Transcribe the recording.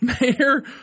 Mayor